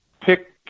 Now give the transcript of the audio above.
pick